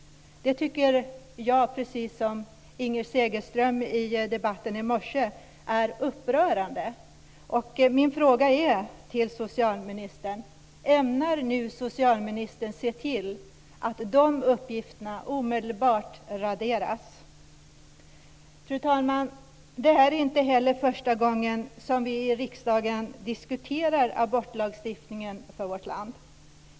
Det tycker jag, precis som Inger Segelström i debatten i morse, är upprörande. Min fråga till socialministern är: Ämnar nu socialministern se till att de uppgifterna omedelbart raderas? Fru talman! Det är inte heller första gången som vi i riksdagen diskuterar abortlagstiftningen i vårt land.